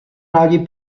rádi